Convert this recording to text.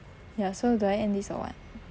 ya so do I end this or what